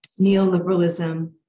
neoliberalism